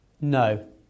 No